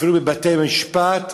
אפילו בבתי-משפט,